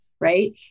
right